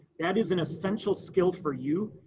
that is an essential skill for you.